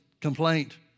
complaint